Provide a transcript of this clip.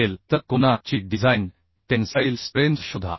असेल तर कोना ची डिझाइन टेन्साईल स्ट्रेंथ शोधा